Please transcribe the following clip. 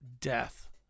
death